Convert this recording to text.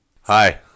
Hi